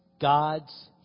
God's